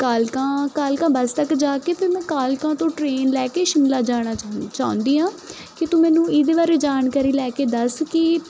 ਕਾਲਕਾ ਕਾਲਕਾ ਬੱਸ ਤੱਕ ਜਾ ਕੇ ਫਿਰ ਮੈਂ ਕਾਲਕਾ ਤੋਂ ਟਰੇਨ ਲੈ ਕੇ ਸ਼ਿਮਲਾ ਜਾਣਾ ਚਾਹੁਨੀ ਚਾਹੁੰਦੀ ਹਾਂ ਕਿ ਤੂੰ ਮੈਨੂੰ ਇਹਦੇ ਬਾਰੇ ਜਾਣਕਾਰੀ ਲੈ ਕੇ ਦੱਸ ਕਿ